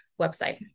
website